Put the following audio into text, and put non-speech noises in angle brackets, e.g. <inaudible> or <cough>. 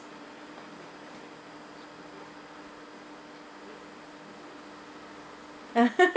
<laughs>